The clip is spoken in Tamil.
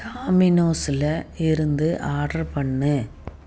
டாமினோஸில் இருந்து ஆர்ட்ரு பண்ணு